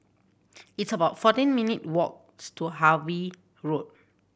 it's about fourteen minute walks to Harvey Road